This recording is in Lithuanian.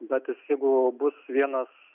bet jeigu bus vienas